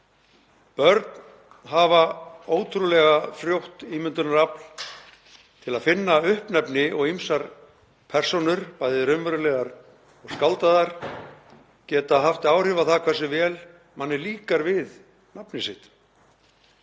Börn hafa ótrúlega frjótt ímyndunarafl til að finna uppnefni og ýmsar persónur, bæði raunverulegar og skáldaðar, geta haft áhrif á það hversu vel manni líkar við nafnið sitt.